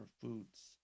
foods